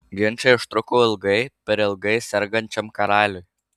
ginčai užtruko ilgai per ilgai sergančiam karaliui